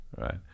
right